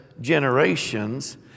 generations